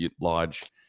lodge